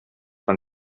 van